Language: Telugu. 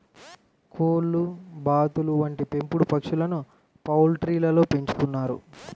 కోళ్లు, బాతులు వంటి పెంపుడు పక్షులను పౌల్ట్రీలలో పెంచుతున్నారు